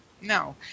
no